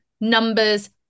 numbers